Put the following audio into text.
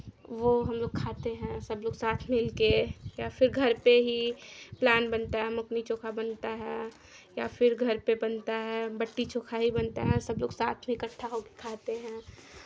वो हमलोग खाते हैं सबलोग साथ मिल के या फिर घर पे ही प्लान बनता है हम बट्टी चोखा बनता है या फिर घर पे बनता है बट्टी चोखा ही बनता है तो जो साथ मिलकर इकट्ठा हो के खाते हैं